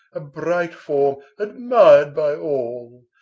a bright form, admired by all.